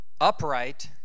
upright